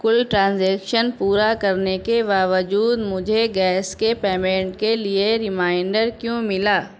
کل ٹرانزیکشن پورا کرنے کے باوجود مجھے گیس کے پیمنٹ کے لیے ریمائنڈر کیوں ملا